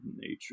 nature